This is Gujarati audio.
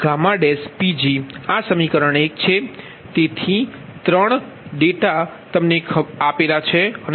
તેથી 3 માપન ડેટા તમને ખરેખર આપેલા છે